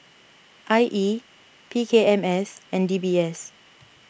I E P K M S and D B S